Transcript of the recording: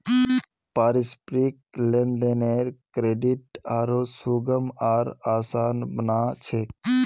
पारस्परिक लेन देनेर क्रेडित आरो सुगम आर आसान बना छेक